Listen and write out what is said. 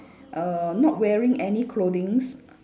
err not wearing any clothings